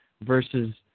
versus